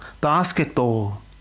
basketball